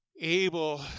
able